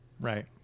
Right